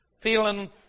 Feeling